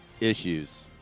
issues